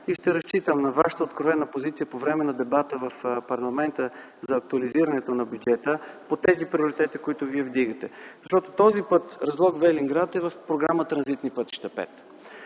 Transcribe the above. Ще разчитам на вашата откровена позиция по време на дебата в парламента за актуализирането на бюджета по тези приоритети, които вие вдигате. Защото този път Разлог–Велинград e в Програма „Транзитни пътища V”.